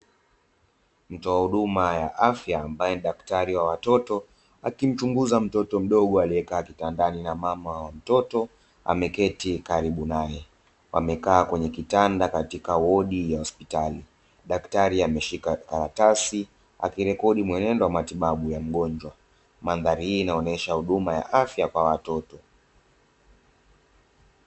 Mtoa huduma ya afya ambaye ni daktari wa watoto akimchunguza mtoto mdogo aliyekaa kitandani na mama wa mtoto ameketi karibu naye. Wamekaa kwenye kitanda katika wodi ya hospitali, dakitari ameshika kara tasi akirekodi mwenendo wa matibabu ya mgonjwa, mandhari hii inaonesha huduma ya afya kwa watoto.